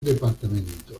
departamento